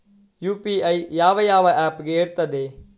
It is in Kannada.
ಯು.ಪಿ.ಐ ಯಾವ ಯಾವ ಆಪ್ ಗೆ ಇರ್ತದೆ?